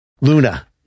Luna